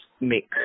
make